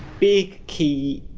big key